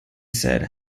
said